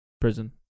prison